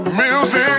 Music